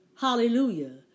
Hallelujah